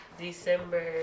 december